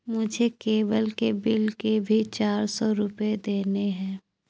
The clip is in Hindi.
मुझे केबल के बिल के भी चार सौ रुपए देने हैं